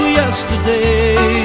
yesterday